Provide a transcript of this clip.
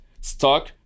stock